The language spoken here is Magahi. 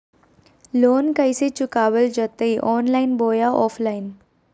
लोन कैसे चुकाबल जयते ऑनलाइन बोया ऑफलाइन?